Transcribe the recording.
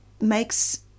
makes